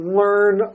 learn